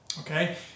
okay